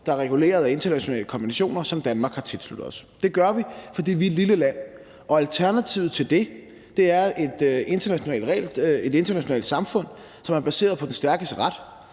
der er reguleret af internationale konventioner, som Danmark har tilsluttet sig. Det gør vi, fordi vi er et lille land, og alternativet til det er et internationalt samfund, som er baseret på den stærkes ret,